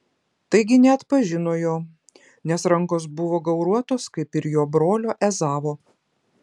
taigi neatpažino jo nes rankos buvo gauruotos kaip ir jo brolio ezavo